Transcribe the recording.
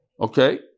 Okay